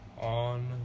on